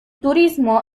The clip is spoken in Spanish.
turismo